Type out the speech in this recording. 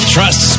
Trust